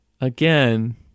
again